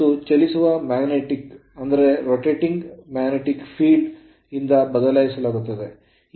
ಮತ್ತು ಚಲಿಸುವ magnet rotating field ದಿಂದ ಬದಲಾಯಿಸಲಾಗುತ್ತದೆ